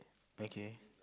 okay